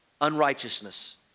unrighteousness